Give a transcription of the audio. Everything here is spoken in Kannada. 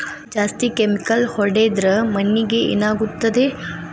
ಜಾಸ್ತಿ ಕೆಮಿಕಲ್ ಹೊಡೆದ್ರ ಮಣ್ಣಿಗೆ ಏನಾಗುತ್ತದೆ?